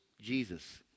jesus